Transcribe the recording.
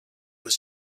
was